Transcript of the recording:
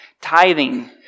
tithing